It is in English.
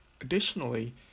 Additionally